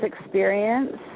experience